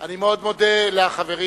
אני מאוד מודה לחברים.